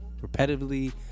repetitively